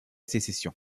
sécession